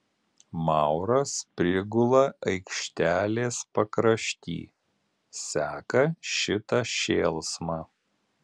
mauras prigula aikštelės pakrašty seka šitą šėlsmą